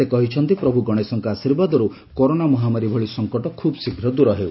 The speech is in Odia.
ସେ କହିଛନ୍ତି ପ୍ରଭୁ ଗଣେଶଙ୍କ ଆଶୀର୍ବାଦରୁ କରୋନା ମହାମାରୀ ଭଳି ସଙ୍କଟ ଖୁବ୍ ଶୀଘ୍ର ଦୂର ହେଉ